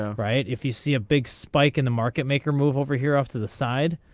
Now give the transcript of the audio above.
ah right if you see a big spike in the market maker move over here off to the side.